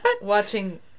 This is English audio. watching